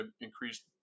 increase